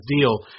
deal